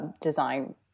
design